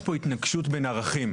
יש פה התנגשות בין ערכים,